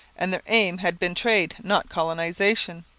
and their aim had been trade, not colonization.